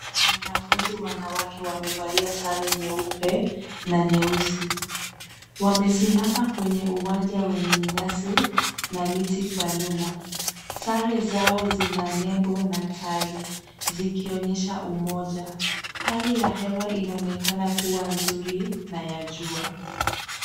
Wanafunzi wanawake wamevalia sare nyeupe na nyeusi wamesimama kwenye uwanja wenye nyasi na miti kwa nyuma. Sare zao zina nembo na tai, zikionyesha umoja. Hali ya hewa inaonekana kuwa nzuri na ya jua.